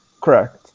Correct